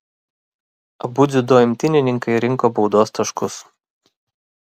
abu dziudo imtynininkai rinko baudos taškus